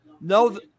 No